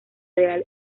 real